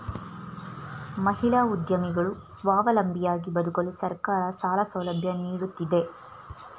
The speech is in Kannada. ಮಹಿಳಾ ಉದ್ಯಮಿಗಳು ಸ್ವಾವಲಂಬಿಯಾಗಿ ಬದುಕಲು ಸರ್ಕಾರ ಸಾಲ ಸೌಲಭ್ಯ ನೀಡುತ್ತಿದೆ